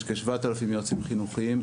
יש כ- 7,000 יועצים חינוכיים,